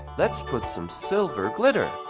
let's put some silver glitter!